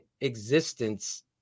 existence